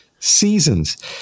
Seasons